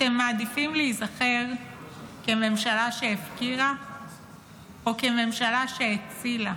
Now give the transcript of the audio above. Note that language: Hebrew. אתם מעדיפים להיזכר כממשלה שהפקירה או כממשלה שהצילה,